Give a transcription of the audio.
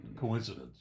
coincidence